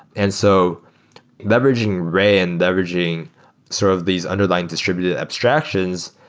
and so leveraging ray and leveraging sort of these underlying distributed abstractions,